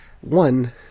one